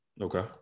Okay